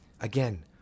Again